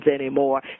anymore